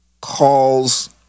calls